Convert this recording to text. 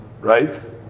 right